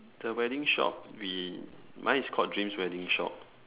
the wedding shop we mine is called dreams wedding shop